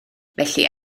felly